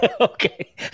Okay